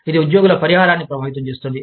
ఇది ఉద్యోగుల పరిహారాన్ని ప్రభావితం చేస్తుంది